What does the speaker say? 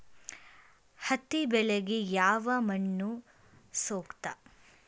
ಹತ್ತಿ ಬೆಳೆಗೆ ಯಾವ ಮಣ್ಣು ಸೂಕ್ತ?